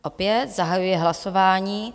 Opět zahajuji hlasování.